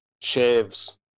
shaves